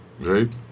Right